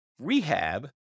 rehab